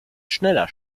schneller